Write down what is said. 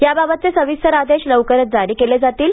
याबाबतचे सविस्तर आदेश लवकरच जारी केले जाणार आहेत